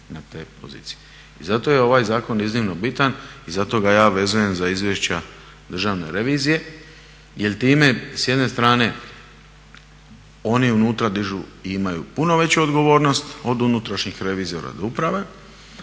na te pozicije. I zato je ovaj zakon iznimno bitan i zato ga ja vezujem za izvješća državne revizije jer time s jedne strane oni unutra dižu i imaju puno veću odgovornost od unutrašnjih revizora do uprave